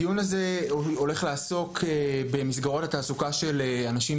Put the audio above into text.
הדיון הזה הולך לעסוק במסגרות תעסוקה של אנשים